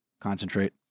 Concentrate